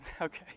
Okay